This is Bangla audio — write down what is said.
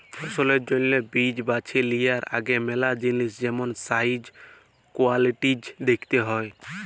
ফসলের জ্যনহে বীজ বাছে লিয়ার আগে ম্যালা জিলিস যেমল সাইজ, কোয়ালিটিজ দ্যাখতে হ্যয়